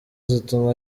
zituma